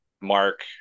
Mark